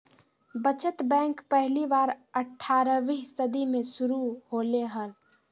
बचत बैंक पहली बार अट्ठारहवीं सदी में शुरू होले हल